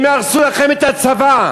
הם יהרסו לכם את הצבא.